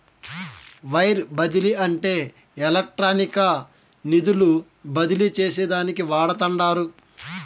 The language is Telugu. వైర్ బదిలీ అంటే ఎలక్ట్రానిక్గా నిధులు బదిలీ చేసేదానికి వాడతండారు